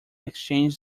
exchanged